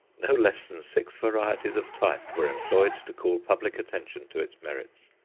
no less than six varieties of type were employed to call public attention to its merits,